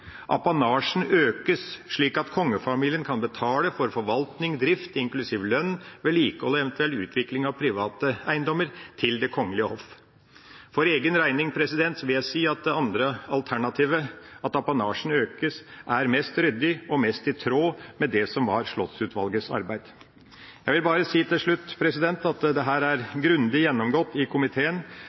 økes, slik at kongefamilien kan betale for forvaltning, drift inklusiv lønn, vedlikehold og eventuell utvikling av private eiendommer til Det kongelige hoff. For egen regning vil jeg si at det andre alternativet, at apanasjen økes, er mest ryddig og mest i tråd med Slottsutvalgets arbeid. Jeg vil bare si til slutt at dette er grundig gjennomgått i komiteen.